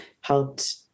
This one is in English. helped